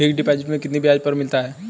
Fix deposit में कितना ब्याज मिलता है?